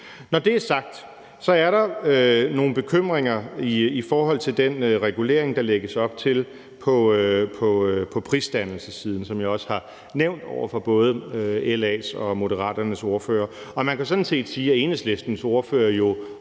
Når det er sagt, er der nogle bekymringer i forhold til den regulering, der lægges op til på prisdannelsessiden, som jeg også har nævnt over for både LA's og Moderaternes ordfører. Man kan sådan set sige, at Enhedslistens ordfører jo